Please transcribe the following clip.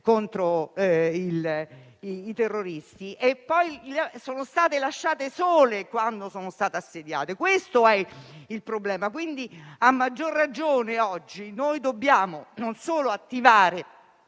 contro i terroristi e poi sono state lasciate sole durante l'assedio. Questo è il problema. A maggior ragione oggi dobbiamo non solo attivare